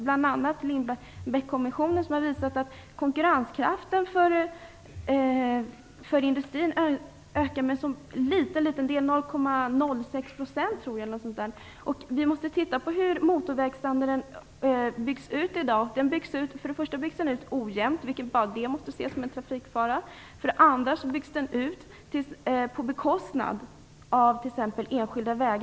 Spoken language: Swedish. Bl.a. har Lindbeckkommissionen visat att konkurrenskraften för industrin ökar med så liten del, jag tror att det är 0,06 %, eller något sådant. Vi måste titta på hur motorvägsstandarden byggs ut i dag. För det första byggs den ut ojämnt, vilket bara det måste ses som en trafikfara. För det andra byggs den ut på bekostnad av t.ex. enskilda vägar.